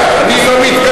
אתה יודע, אני לא מתקפל.